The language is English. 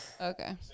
Okay